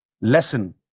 lesson